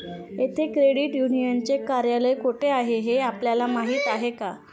येथे क्रेडिट युनियनचे कार्यालय कोठे आहे हे आपल्याला माहित आहे का?